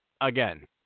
Again